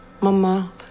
Mama